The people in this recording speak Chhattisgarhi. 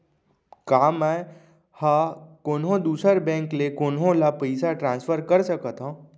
का मै हा कोनहो दुसर बैंक ले कोनहो ला पईसा ट्रांसफर कर सकत हव?